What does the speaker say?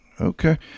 okay